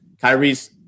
Kyrie's